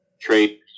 trade